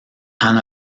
han